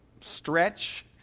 stretch